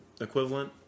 equivalent